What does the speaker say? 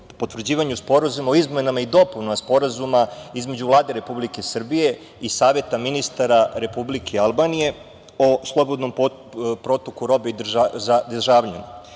potvrđivanju Sporazuma o izmenama i dopunama Sporazuma između Vlade Republike Srbije i Saveta ministara Republike Albanije o slobodnom protoku robe i državljana.